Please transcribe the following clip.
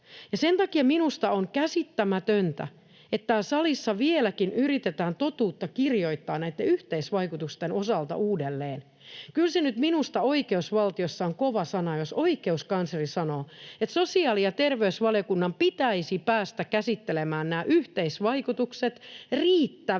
Sen takia minusta on käsittämätöntä, että täällä salissa vieläkin yritetään totuutta kirjoittaa näitten yhteisvaikutusten osalta uudelleen. Kyllä se nyt minusta oikeusvaltiossa on kova sana, jos oikeuskansleri sanoo, että sosiaali- ja terveysvaliokunnan pitäisi päästä käsittelemään nämä yhteisvaikutukset riittävällä